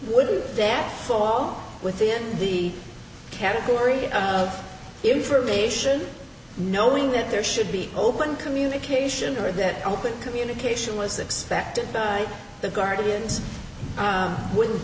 would that fall within the category of information knowing that there should be open communication or that open communication was expected by the guardian